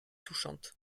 touchante